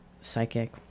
psychic